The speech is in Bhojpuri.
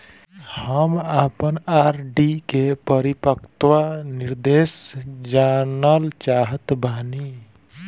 हम आपन आर.डी के परिपक्वता निर्देश जानल चाहत बानी